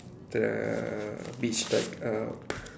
the beach like uh